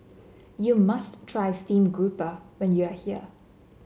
you must try stream grouper when you are here